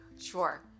Sure